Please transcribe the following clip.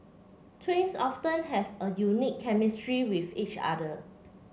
twins often have a unique chemistry with each other